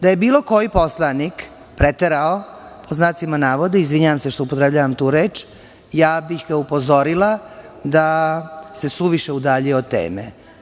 Da je bilo koji poslanik "preterao", izvinjavam se što upotrebljavam tu reč, ja bih ga upozorila da suviše udaljio od teme.